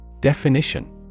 Definition